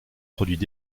produits